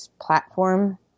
platform